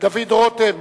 דוד רותם